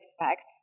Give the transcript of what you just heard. expect